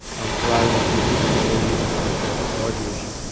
allowing them to lease, or are you looking at that larger issue?